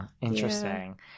Interesting